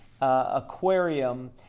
aquarium